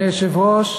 אדוני היושב-ראש,